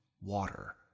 Water